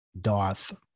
Darth